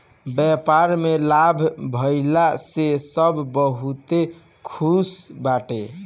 व्यापार में लाभ भइला से सब बहुते खुश बाटे